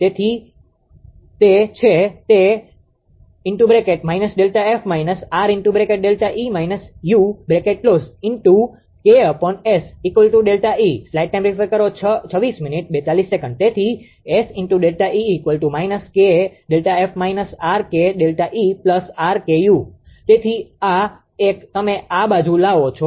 તેથી તેથી તે છે તે તેથી 𝑆ΔE −KΔF − RKΔE RKu તેથી આઆ એક તમે આ બાજુ લાવો છો